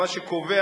מה שקובע